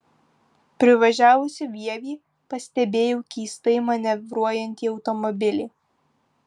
privažiavusi vievį pastebėjau keistai manevruojantį automobilį